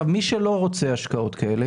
מי שלא רוצה השקעות כאלה,